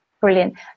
Brilliant